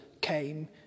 came